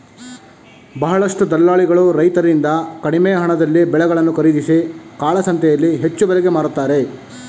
ಬಹಳಷ್ಟು ದಲ್ಲಾಳಿಗಳು ರೈತರಿಂದ ಕಡಿಮೆ ಹಣದಲ್ಲಿ ಬೆಳೆಗಳನ್ನು ಖರೀದಿಸಿ ಕಾಳಸಂತೆಯಲ್ಲಿ ಹೆಚ್ಚು ಬೆಲೆಗೆ ಮಾರುತ್ತಾರೆ